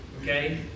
okay